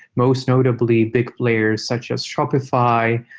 most notably, big players such as shopify,